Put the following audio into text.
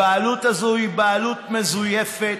הבעלות הזו היא בעלות מזויפת,